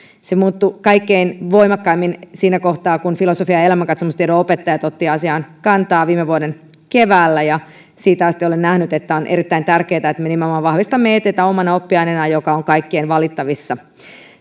se muuttui kaikkein voimakkaimmin siinä kohtaa kun filosofian ja elämänkatsomustiedon opettajat otti asiaan kantaa viime vuoden keväällä ja siitä asti olen nähnyt että on erittäin tärkeää että me vahvistamme nimenomaan että omana oppiaineenaan joka on kaikkien valittavissa